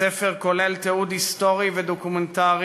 הספר כלל תיעוד היסטורי ודוקומנטרי